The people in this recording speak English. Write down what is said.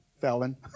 Felon